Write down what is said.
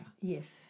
Yes